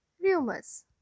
Rumors